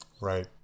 Right